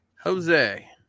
Jose